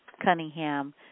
Cunningham